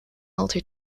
multi